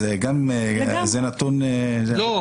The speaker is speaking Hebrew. אז זה נתון --- לא,